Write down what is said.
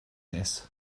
this